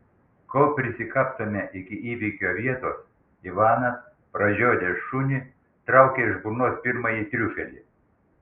kol prisikapstome iki įvykio vietos ivanas pražiodęs šunį traukia iš burnos pirmąjį triufelį